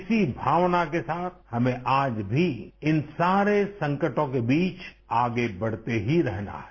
इसी भावना के साथ हमें आज भी इन सारे संकटों के बीच आगे बढ़ते ही रहना है